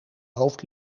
hoofd